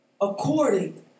according